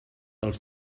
els